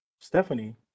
Stephanie